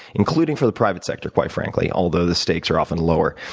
including for the private sector, quite frankly, although the stakes are often lower.